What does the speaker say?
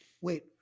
Wait